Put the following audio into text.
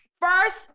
first